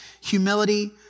Humility